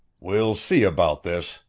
we'll see about this!